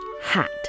hat